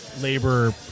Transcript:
labor